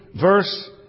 verse